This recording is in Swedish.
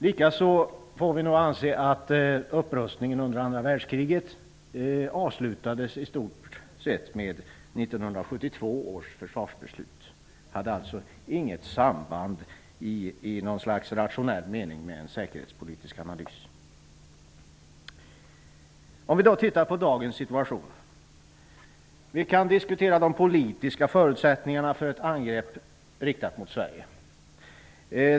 Likaså får vi nog anse att upprustningen från andra världskriget i stort sett avslutades med 1972 års försvarsbeslut. Den hade alltså inte i någon slags rationell mening något samband med en säkerhetspolitisk analys. Om vi tittar på dagens situation kan vi diskutera de politiska förutsättningarna för ett angrepp riktat mot Sverige.